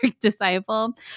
Disciple